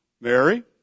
Mary